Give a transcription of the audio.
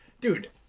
dude